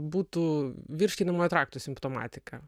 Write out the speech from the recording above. būtų virškinamojo trakto simptomatika